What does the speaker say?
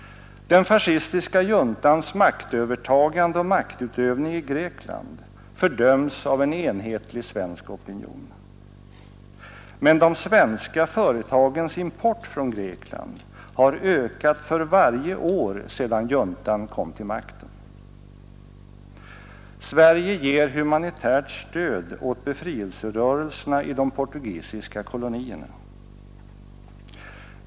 Den fascistiska juntans maktövertagande och maktutövning i Grekland fördöms av en enhetlig svensk opinion. Men de svenska företagens import från Grekland har ökat för varje år sedan juntan kom till makten. Sverige ger humanitärt stöd åt befrielserörelserna i de portugisiska kolonierna.